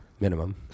Minimum